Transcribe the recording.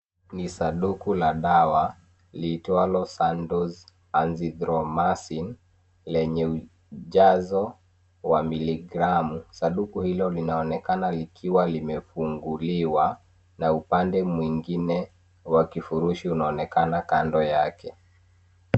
Ni sanduku la dawa liitwalo sandols anthisthromacine lenye ujazo wa miligramu sanduku hilo linaonekana likiwa limefunguliwa na upande mwingine wa kifurushi unaonekana kando yake